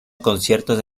conciertos